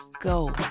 Go